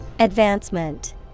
Advancement